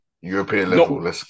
European-level